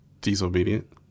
Disobedient